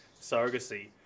surrogacy